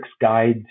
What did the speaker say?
guides